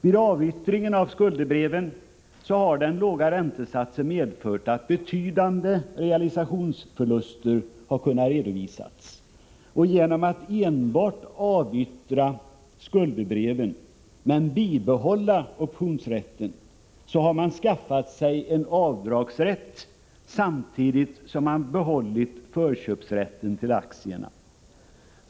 Vid avyttringen av skuldebreven har den låga räntesatsen medfört att betydande realisationsförluster har kunnat redovisas. Genom att enbart avyttra skuldebreven men bibehålla optionsrätten har man skaffat sig en avdragsrätt, samtidigt som man behållit förköpsrätten till aktierna.